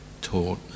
taught